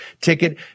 ticket